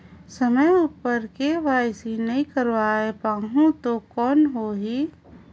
समय उपर के.वाई.सी नइ करवाय पाहुं तो कौन होही?